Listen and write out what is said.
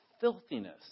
filthiness